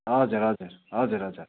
हजुर हजुर हजुर हजुर